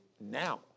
now